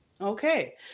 okay